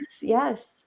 yes